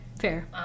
Fair